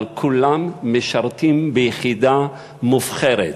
אבל כולם משרתים ביחידה מובחרת.